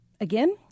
Again